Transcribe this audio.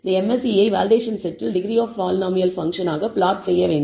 இந்த MSE ஐ validation செட்டில் டிகிரி ஆப் பாலினாமியல் பங்க்ஷன் ஆக பிளாட் செய்ய வேண்டும்